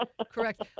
correct